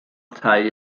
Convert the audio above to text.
tai